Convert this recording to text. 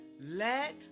Let